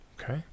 okay